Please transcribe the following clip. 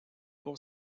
pour